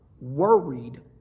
worried